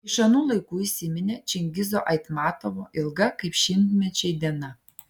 iš anų laikų įsiminė čingizo aitmatovo ilga kaip šimtmečiai diena